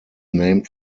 named